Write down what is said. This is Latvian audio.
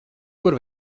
kur